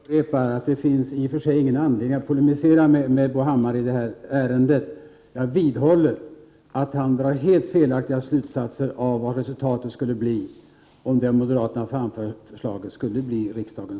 Herr talman! Jag upprepar att det i och för sig inte finns någon anledning att polemisera mot Bo Hammar i detta ärende. Jag vidhåller att han drar helt felaktiga slutsatser om vad resultatet skulle bli, om det av moderaterna framförda förslaget skulle bifallas av riksdagen.